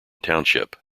township